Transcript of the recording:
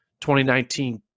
2019